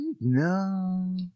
No